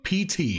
PT